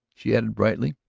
she added brightly.